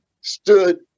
stood